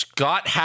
Scott